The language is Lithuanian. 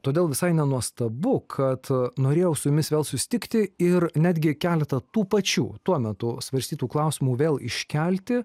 todėl visai nenuostabu kad norėjau su jumis vėl susitikti ir netgi keletą tų pačių tuo metu svarstytų klausimų vėl iškelti